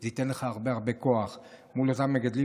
זה ייתן לך הרבה הרבה כוח מול אותם מגדלים.